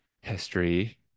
history